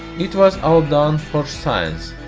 it was all done for science,